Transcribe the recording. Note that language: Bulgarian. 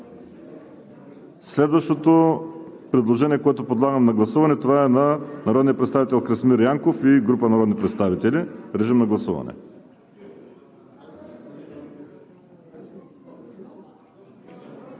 Следващото предложение, което подлагам на гласуване, е на народния представител Красимир Янков и група народни представители. Гласували